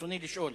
רצוני לשאול: